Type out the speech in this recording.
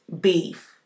Beef